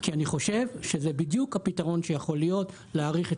כי אני חושב שזה בדיוק הפתרון שיכול להיות להאריך את